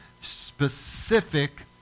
specific